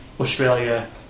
Australia